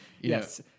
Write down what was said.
yes